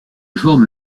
forme